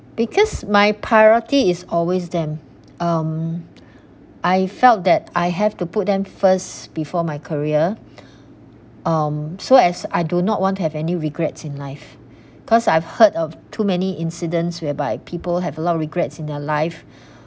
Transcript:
because my priority is always them um I felt that I have to put them first before my career um so as I do not want to have any regrets in life cause I've heard of too many incidents whereby people have a lot of regrets in their life